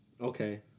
Okay